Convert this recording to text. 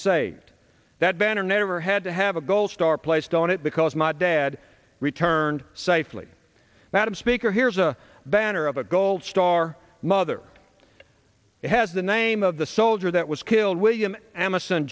saved that banner never had to have a gold star placed on it because my dad returned safely madam speaker here's a banner of a gold star mother has the name of the soldier that was killed william